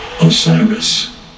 Osiris